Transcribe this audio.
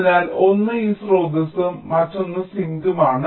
അതിനാൽ ഒന്ന് ഈ സ്രോതസ്സും മറ്റൊന്ന് സിങ്കുമാണ്